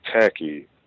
tacky